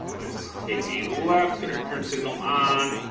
let's take a left get our turn signal on